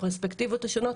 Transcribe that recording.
הפרספקטיבות השונות,